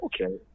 Okay